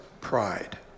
pride